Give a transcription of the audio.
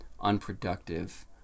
unproductive